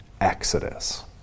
exodus